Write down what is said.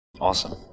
Awesome